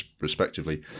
respectively